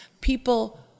people